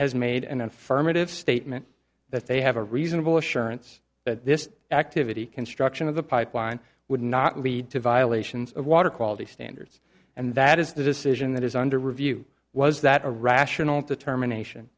has made an affirmative statement that they have a reasonable assurance that this activity construction of the pipeline would not lead to violations of water quality standard and that is the decision that is under review was that a rational determination